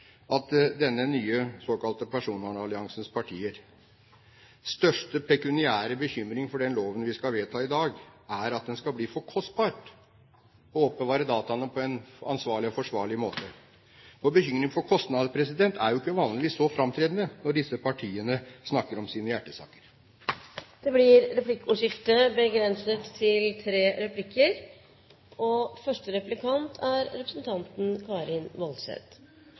for denne brede og viktige debatten. Til slutt: Det er også litt pussig at disse nye såkalte personvernalliansens partiers største pekuniære bekymring for den loven vi skal vedta i dag, er at det skal bli for kostbart å oppbevare dataene på en ansvarlig og forsvarlig måte. Bekymring for kostnadene er jo vanligvis ikke så framtredende når disse partiene snakker om sine hjertesaker. Det blir replikkordskifte. Første replikant er representanten Karin